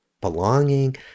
belonging